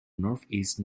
northeast